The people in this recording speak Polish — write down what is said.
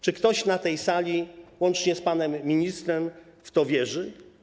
Czy ktoś na tej sali łącznie z panem ministrem w to wierzy?